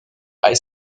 high